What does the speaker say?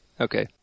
Okay